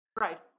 Right